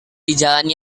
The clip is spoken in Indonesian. dijalan